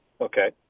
Okay